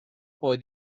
poi